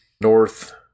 north